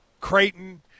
Creighton